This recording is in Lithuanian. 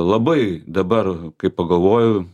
labai dabar kai pagalvoju